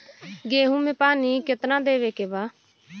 गेहूँ मे पानी कितनादेवे के बा?